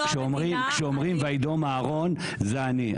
כשאומרים ויידום אהרון זה אני.